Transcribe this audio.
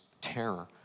terror